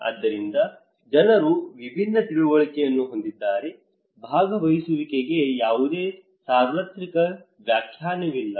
ಆದ್ದರಿಂದ ಜನರು ವಿಭಿನ್ನ ತಿಳುವಳಿಕೆಯನ್ನು ಹೊಂದಿದ್ದಾರೆ ಭಾಗವಹಿಸುವಿಕೆಗೆ ಯಾವುದೇ ಸಾರ್ವತ್ರಿಕ ವ್ಯಾಖ್ಯಾನವಿಲ್ಲ